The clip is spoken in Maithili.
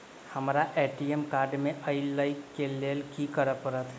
हमरा ए.टी.एम कार्ड नै अई लई केँ लेल की करऽ पड़त?